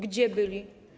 Gdzie byli?